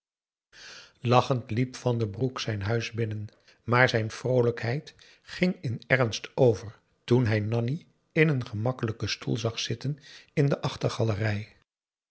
lachend liep van den broek zijn huis binnen maar zijn vroolijkheid ging in ernst over toen hij nanni in een gemakkelijken stoel zag zitten in de